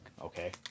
okay